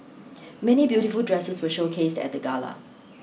many beautiful dresses were showcased at the gala